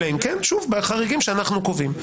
אלא אם כן שוב בחריגים שאנחנו קובעים.